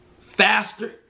faster